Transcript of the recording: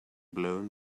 blown